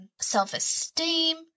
self-esteem